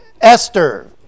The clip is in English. Esther